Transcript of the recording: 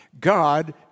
God